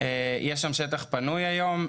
יש שם שטח פנוי היום,